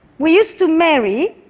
we used to marry,